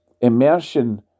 Immersion